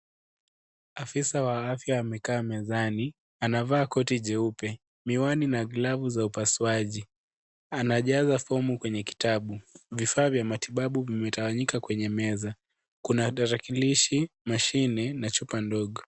Afisa wa afya amekaa mezani; anavaa koti jeupe, miwani na glavu za upasuaji. Anajaza fomu kwenye kitabu. Vifaa vya matibabu vimetawanyika kwenye meza. Kuna tarakilishi, mashini na chupa ndogo.